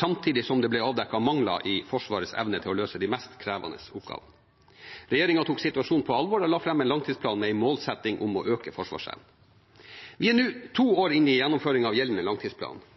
samtidig som det ble avdekket mangler i Forsvarets evne til å løse de mest krevende oppgavene. Regjeringen tok situasjonen på alvor og la fram en langtidsplan med en målsetting om å øke forsvarsevnen. Vi er nå to år inne i gjennomføringen av gjeldende langtidsplan.